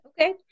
Okay